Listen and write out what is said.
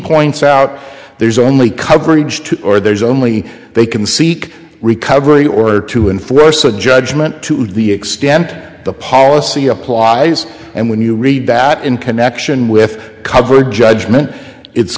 points out there's only coverage two or there's only they can seek recovery order to enforce a judgment to the extent that the policy applies and when you read that in connection with cover judgment it's